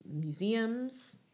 museums